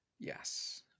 Yes